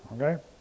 okay